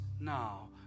now